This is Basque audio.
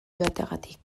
joateagatik